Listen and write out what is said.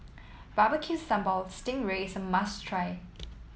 Barbecue Sambal Sting Ray is a must try